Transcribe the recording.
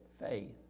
Faith